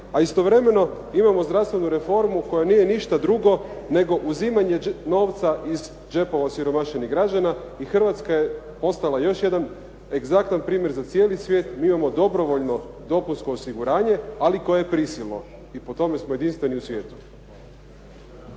A istovremeno imamo zdravstvenu reformu koja nije ništa drugo nego uzimanje novca iz đepova osiromašenih građana i Hrvatska je postala još jedan egzaktan primjer za cijeli svijet. Mi imamo dobrovoljno dopunsko osiguranje ali koje je prisilno i po tome smo jedinstveni u svijetu.